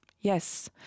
Yes